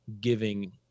giving